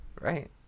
Right